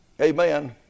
Amen